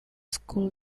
school